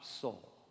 soul